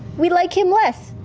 we like him less.